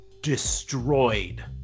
destroyed